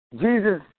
Jesus